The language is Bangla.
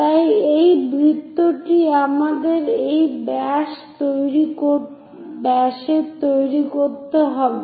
তাই এই বৃত্তটি আমাদের একই ব্যাসের তৈরি করতে হবে